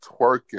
twerking